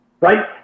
Right